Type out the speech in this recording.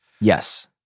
yes